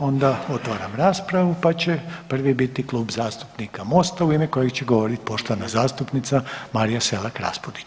Onda otvaram raspravu pa će prvi biti Klub zastupnika Mosta u ime kojeg će govoriti poštovana zastupnica Marija SElak RAspudić.